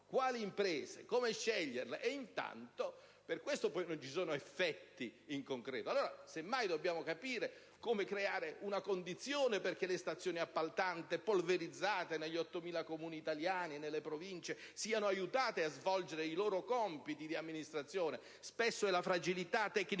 quali imprese? Come sceglierle? Per questo poi non ci sono effetti in concreto. Semmai dobbiamo capire come creare la condizione per far sì che le stazioni appaltanti polverizzate negli 8.000 Comuni italiani e nelle Province siano aiutate a svolgere i loro compiti di amministrazione: spesso è la fragilità